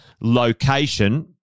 location